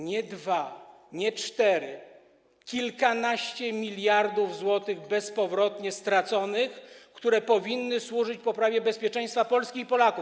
Nie dwa, nie cztery, ale kilkanaście miliardów złotych bezpowrotnie straconych, które powinny służyć poprawie bezpieczeństwa Polski i Polaków.